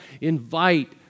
invite